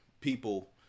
people